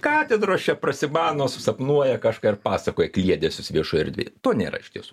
katedros čia prasimano susapnuoja kažką ir pasakoja kliedesius viešoj erdvėj to nėra iš tiesų